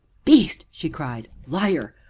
beast! she cried. liar!